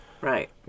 right